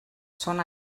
són